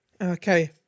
Okay